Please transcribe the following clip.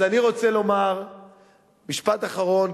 אז אני רוצה לומר משפט אחרון,